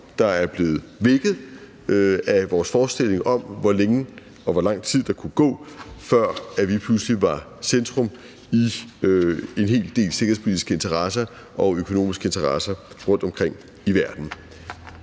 der er blevet vækket af vores forestilling om, hvor længe og hvor lang tid der kunne gå, før vi pludselig var centrum i en hel del sikkerhedspolitiske interesser og økonomiske interesser rundtomkring i verden.